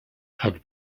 had